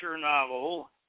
novel